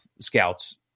scouts